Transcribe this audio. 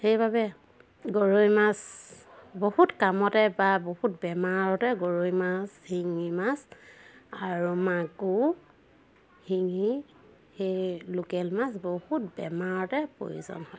সেইবাবে গৰৈ মাছ বহুত কামতে বা বহুত বেমাৰতে গৰৈ মাছ শিঙি মাছ আৰু মাগু শিঙি সেই লোকেল মাছ বহুত বেমাৰতে প্ৰয়োজন হয়